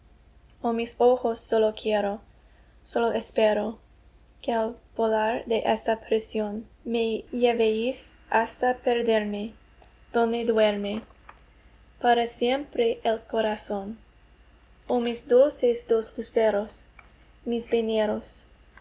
oh mis ojos sólo quiero sólo espero que al volar de esta prisión me llevéis hasta perderme donde duerme para siempre el corazón oh mis dulces dos luceros mis veneros